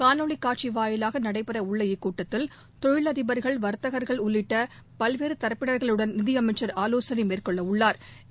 காணொலி காட்சி வாயிலாக நடைபெற உள்ள இக்கூட்டத்தில் தொழிலதிபர்கள் வர்த்தகர்கள் உள்ளிட்ட பல்வேறு தரப்பினா்களுடன் நிதியமைச்சா் ஆலோசனை நடத்துகிறாா்